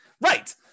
Right